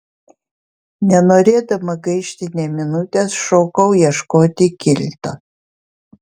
nenorėdama gaišti nė minutės šokau ieškoti kilto